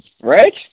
right